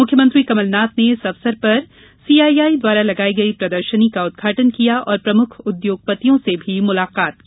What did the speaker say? मुख्यमंत्री कमलनाथ ने इस अवसर पर सीआईआई द्वारा लगाई गई प्रदर्शनी का उदघाटन किया और प्रमुख उद्योगपतियों से भी मुलाकात की